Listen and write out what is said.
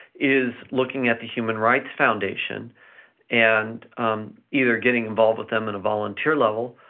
is looking at the human rights foundation and either getting involved with them in a volunteer level,